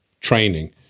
training